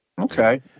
Okay